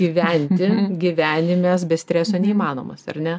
gyventi gyvenimes be streso neįmanomas ar ne